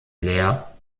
leer